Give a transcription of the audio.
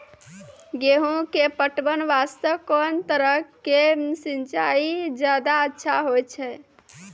गेहूँ के पटवन वास्ते कोंन तरह के सिंचाई ज्यादा अच्छा होय छै?